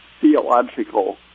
theological